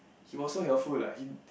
he was so helpful lah him